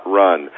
run